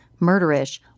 murderish